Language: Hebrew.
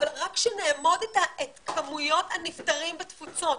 אבל רק שנאמוד את כמויות הנפטרים בתפוצות.